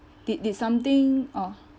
did did something oh